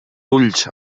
ulls